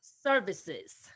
services